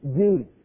duty